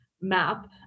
map